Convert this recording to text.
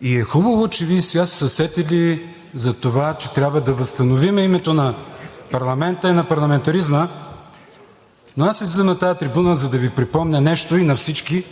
И е хубаво, че Вие сега сте се сетили за това, че трябва да възстановим името на парламента и на парламентаризма, но аз излизам на тази трибуна, за да Ви припомня нещо и на всички,